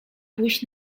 pójść